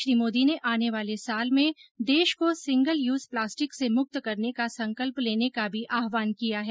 श्री मोदी ने आने वाले साल में देश को सिंगल यूज प्लास्टिक से मुक्त करने का संकल्प लेने का भी आहवान किया है